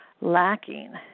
lacking